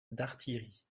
d’artillerie